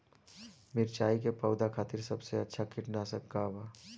मिरचाई के पौधा खातिर सबसे अच्छा कीटनाशक का बा?